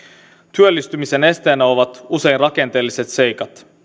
työllistymisen esteenä ovat usein rakenteelliset seikat